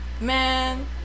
man